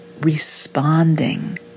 responding